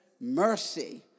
Mercy